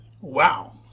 Wow